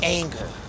anger